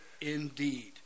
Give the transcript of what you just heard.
indeed